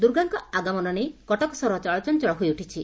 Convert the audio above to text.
ଦୁର୍ଗାଙ୍କ ଆଗମନ ନେଇ କଟକ ସହର ଚଳଚଞଳ ହୋଇଉଠିଛି